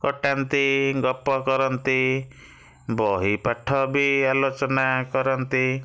କଟାନ୍ତି ଗପ କରନ୍ତି ବହି ପାଠ ବି ଆଲୋଚନା କରନ୍ତି